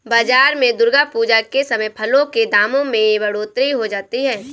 बाजार में दुर्गा पूजा के समय फलों के दामों में बढ़ोतरी हो जाती है